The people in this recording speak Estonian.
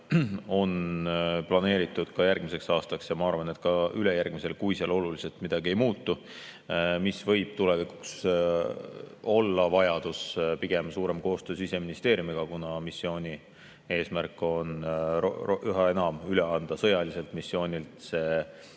on planeeritud järgmiseks aastaks ja ma arvan, et ka ülejärgmiseks, kui seal oluliselt midagi ei muutu. Tulevikus võib olla vajadus pigem suuremaks koostööks Siseministeeriumiga, kuna missiooni eesmärk on üha enam üle minna sõjaliselt missioonilt